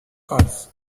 cards